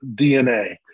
DNA